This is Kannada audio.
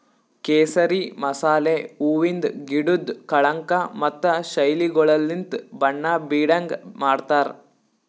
ಕೇಸರಿ ಮಸಾಲೆ ಹೂವಿಂದ್ ಗಿಡುದ್ ಕಳಂಕ ಮತ್ತ ಶೈಲಿಗೊಳಲಿಂತ್ ಬಣ್ಣ ಬೀಡಂಗ್ ಮಾಡ್ತಾರ್